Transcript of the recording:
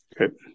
okay